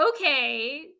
okay